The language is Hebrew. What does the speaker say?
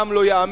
העם לא יאמין,